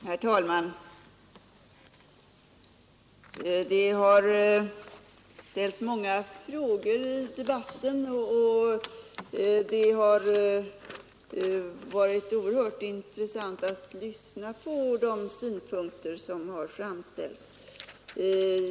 Herr talman! Det har ställts många frågor i debatten, och det har varit oerhört intressant att lyssna på de synpunkter som framförts.